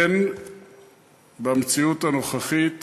אין במציאות הנוכחית